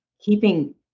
keeping